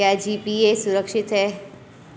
क्या जी.पी.ए सुरक्षित है?